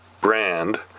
brand